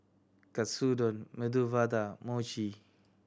Katsudon Medu Vada Mochi